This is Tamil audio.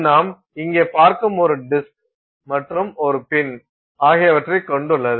இது நாம் இங்கே பார்க்கும் ஒரு டிஸ்க் மற்றும் ஒரு பின் ஆகியவற்றைக் கொண்டுள்ளது